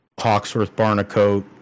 Hawksworth-Barnacote